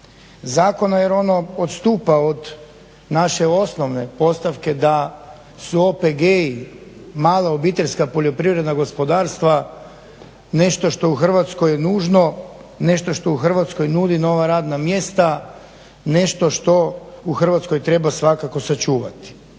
zakona jer ono odstupa od naše osnovne postavke da su OPG-i mala obiteljska poljoprivredna gospodarstva nešto što je u Hrvatskoj nužno, nešto što u Hrvatskoj nudi nova radna mjesta, nešto što u Hrvatskoj treba svakako sačuvati.